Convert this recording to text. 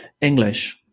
English